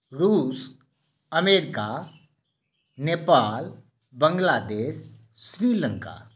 Russia America Nepal Bangladesh Sri Lanka